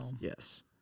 yes